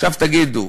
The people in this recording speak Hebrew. עכשיו תגידו: